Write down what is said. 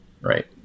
Right